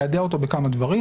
ליידע אותו בכמה דברים.